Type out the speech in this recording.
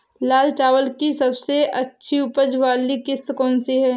लाल चावल की सबसे अच्छी उपज वाली किश्त कौन सी है?